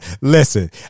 Listen